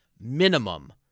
minimum